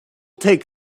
take